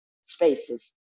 spaces